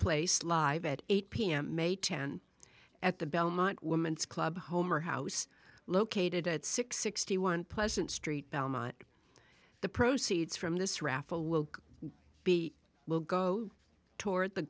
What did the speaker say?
place live at eight pm a tent at the belmont woman's club home or house located at six sixty one pleasant street belmont the proceeds from this raffle will be will go toward the